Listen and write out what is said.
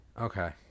Okay